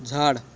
झाड